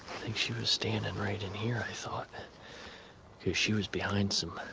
think she was standing right in here i thought if she was behind some